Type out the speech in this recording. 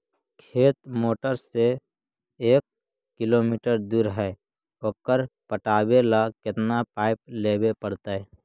खेत मोटर से एक किलोमीटर दूर है ओकर पटाबे ल केतना पाइप लेबे पड़तै?